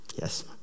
Yes